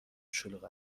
شلوغ